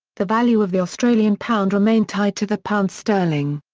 the value of the australian pound remained tied to the pound sterling.